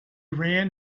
ran